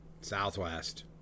Southwest